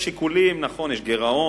יש שיקולים, נכון שיש גירעון,